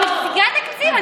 אני משיגה תקציב,